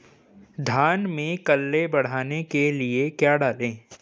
धान में कल्ले बढ़ाने के लिए क्या डालें?